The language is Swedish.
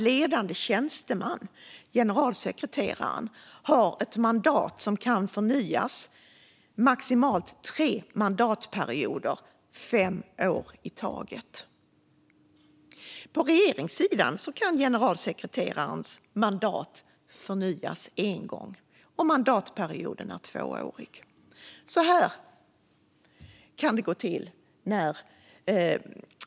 Ledande tjänsteman, generalsekreteraren, har ett mandat som kan förnyas maximalt tre mandatperioder fem år i taget. På regeringssidan kan generalsekreterarens mandat förnyas en gång, och mandatperioden är tvåårig.